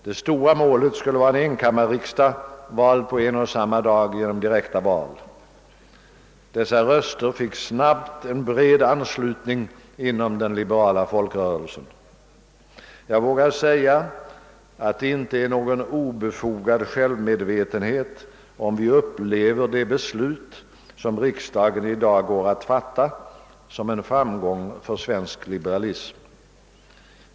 Det stora målet skulle vara en enkammarriksdag, vald på en och samma dag genom direkta val. Dessa röster fick snabbt en bred anslutning inom den liberala folkrörelsen. Jag vågar nog säga att det inte är någon obefogad självmedvetenhet om vi upplever det beslut, som riksdagen i dag går att fatta, som en framgång för svensk liberalism.